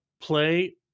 play